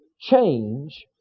change